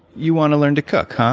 you want to learn to cook, um